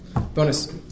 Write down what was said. Bonus